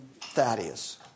Thaddeus